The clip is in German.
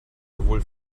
sowohl